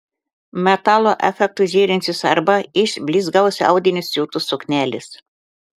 metalo efektu žėrinčios arba iš blizgaus audinio siūtos suknelės